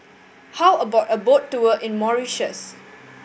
how about a boat tour in Mauritius